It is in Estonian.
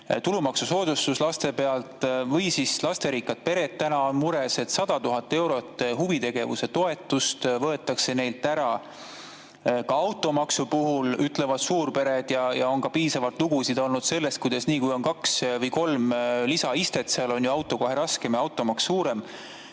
tulumaksusoodustus laste pealt või [midagi muud]. Lasterikkad pered täna on mures, et 100 000 eurot huvitegevuse toetust võetakse neilt ära. Ka automaksu puhul ütlevad suurpered ja on ka piisavalt lugusid olnud sellest, et kui on kaks või kolm lisaistet, siis on ju auto kohe raskem ja automaks suurem.